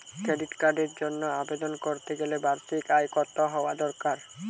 Credit কার্ডের জন্য আবেদন করতে গেলে বার্ষিক আয় কত হওয়া দরকার?